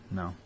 no